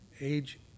age